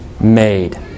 made